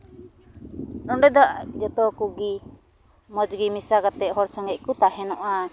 ᱚᱸᱰᱮ ᱫᱚ ᱡᱚᱛᱚ ᱠᱩᱜᱤ ᱢᱚᱡᱽ ᱜᱮ ᱢᱮᱥᱟ ᱠᱟᱛᱮᱫ ᱦᱚᱲ ᱥᱚᱝᱜᱮ ᱠᱚ ᱛᱟᱦᱮᱱᱚᱜᱼᱟ